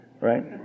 Right